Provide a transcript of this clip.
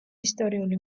ისტორიული